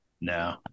No